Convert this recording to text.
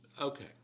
Okay